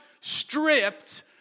stripped